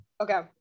okay